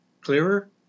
Clearer